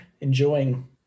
enjoying